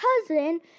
cousin